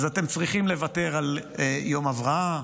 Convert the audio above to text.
אז אתם צריכים לוותר על יום הבראה,